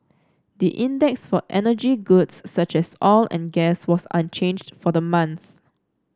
the index for energy goods such as oil and gas was unchanged for the month